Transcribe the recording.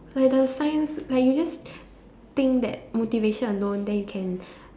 like the science like you just think that motivation alone then you can